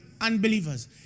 unbelievers